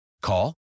Call